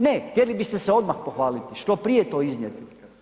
Ne, htjeli biste se odmah pohvaliti, što prije to iznijeti.